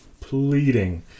pleading